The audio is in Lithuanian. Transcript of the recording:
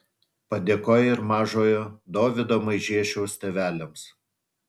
padėkojo ir mažojo dovydo maižiešiaus tėveliams